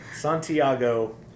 Santiago